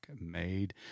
made